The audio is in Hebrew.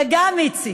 וגם איציק.